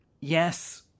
Yes